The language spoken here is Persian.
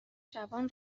جوان